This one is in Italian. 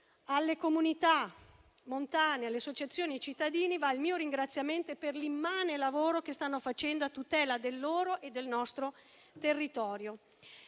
alle comunità montane e alle associazioni dei cittadini per l'immane lavoro che stanno facendo a tutela del loro e del nostro territorio.